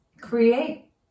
create